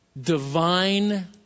divine